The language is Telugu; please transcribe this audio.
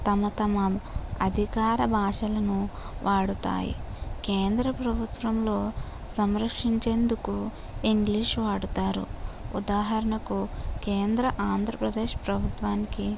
తమ తమ అధికార భాషలను వాడుతాయి కేంద్ర ప్రభుత్వంలో సంరక్షించేదుకు ఇంగ్లీష్ వాడుతారు ఉదాహరణకు కేంద్ర ఆంధ్ర ప్రదేశ్ ప్రభుత్వానికి